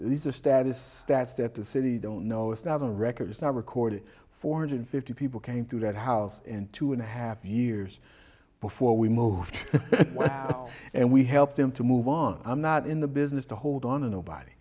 these are status stats that the city don't know it's not a record it's not recorded four hundred fifty people came to that house in two and a half years before we moved and we helped them to move on i'm not in the business to hold on a nobody